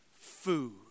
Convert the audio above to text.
food